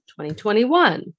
2021